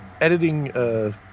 editing